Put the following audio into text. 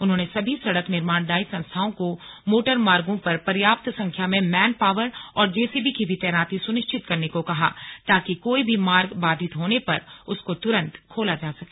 उन्होंने सभी सड़क निर्माणदायी संस्थाओं को मोटरमार्गों पर पर्याप्त संख्या में मैन पावर और जेसीबी की भी तैनाती सुनिश्चित करने को कहा ताकि कोई भी मार्ग बाधित होने पर उसको तुरंत खोला जा सके